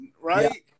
right